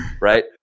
right